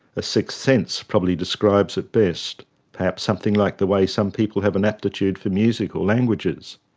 a sixth sense probably describes it best. perhaps something like the way some people have an aptitude for music or languages.